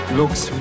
looks